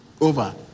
over